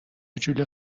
جولی